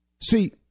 See